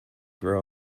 grew